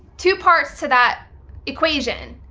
two parts to that equation.